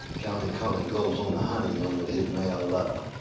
countee cullen goes on the honeymoon with his male lover.